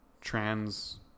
trans